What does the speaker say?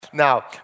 Now